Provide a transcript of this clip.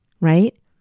right